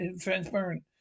Transparent